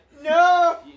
No